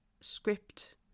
script